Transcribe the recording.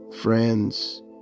friends